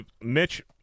Mitch